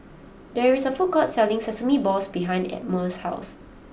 there is a food court selling Sesame Balls behind Elmore's house